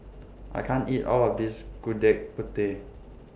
I can't eat All of This Gudeg Putih